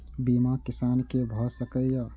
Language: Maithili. बीमा किसान कै भ सके ये?